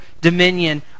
dominion